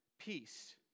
Peace